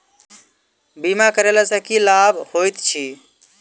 बीमा करैला सअ की लाभ होइत छी?